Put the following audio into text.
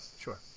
sure